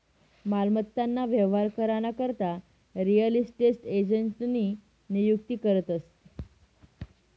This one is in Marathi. मालमत्ता ना व्यवहार करा ना करता रियल इस्टेट एजंटनी नियुक्ती करतस